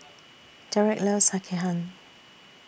Derek loves Sekihan